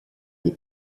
des